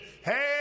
Hey